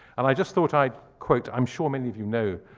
and i just thought i'd quote i'm sure many of you know